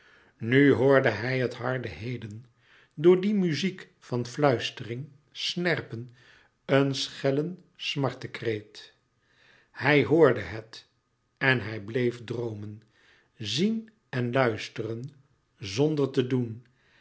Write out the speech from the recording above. nu hoorde hij het harde heden door die muziek van fluistering snerpen een schellen smartkreet hij hoorde het en hij bleef droomen zien en luisteren zonder te doen